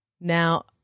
Now